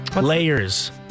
Layers